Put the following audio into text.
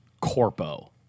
corpo